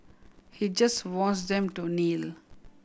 he just wants them to kneel